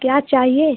क्या चाहिए